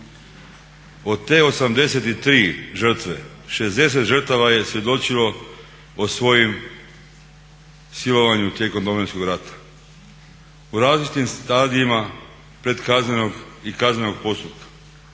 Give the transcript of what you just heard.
Od te 83 žrtve 60 žrtava je svjedočilo o svojim silovanju tijekom Domovinskog rata u različitim stadijima pred predkaznenog i kaznenog postupka